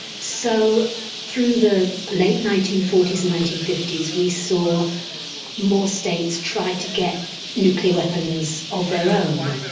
so through the late nineteen forty s and nineteen fifty s we saw more states try to get nuclear weapons of their own.